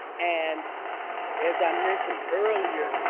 and as i mentioned earlier,